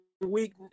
week